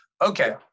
Okay